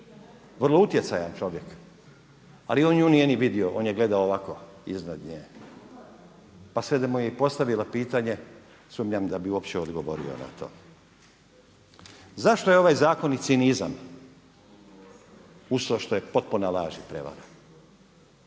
vrlo utjecajan čovjek. Ali on nju nije ni vidio, on gledao ovako, iznad nje. Pa sve i da mu je postavila pitanje, sumnjam da bi uopće odgovorio na to. Zašto je ovaj zakon i cinizam? Uz to što je potpuna laž i prevara.